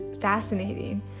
fascinating